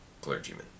clergymen